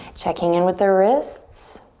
checking in with the wrists.